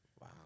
Wow